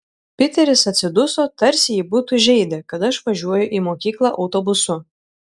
piteris atsiduso tarsi jį būtų žeidę kad aš važiuoju į mokyklą autobusu